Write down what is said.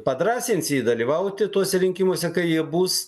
padrąsins jį dalyvauti tuose rinkimuose kai jie bus